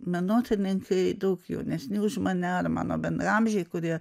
menotyrininkai daug jaunesni už mane ar mano bendraamžiai kurie